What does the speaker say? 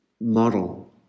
model